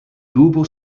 dubo